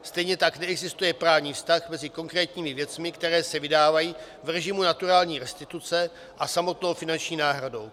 Stejně tak neexistuje právní vztah mezi konkrétními věcmi, které se vydávají v režimu naturální restituce a samotnou finanční náhradou.